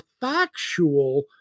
factual